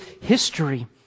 history